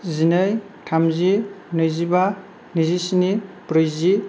जिनै थामजि नैजिबा नैजिस्नि ब्रैजि